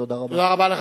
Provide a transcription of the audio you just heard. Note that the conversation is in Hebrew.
תודה רבה.